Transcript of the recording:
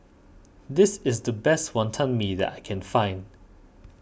this is the best Wantan Mee that I can find